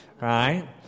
right